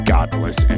Godless